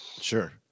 Sure